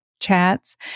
Chats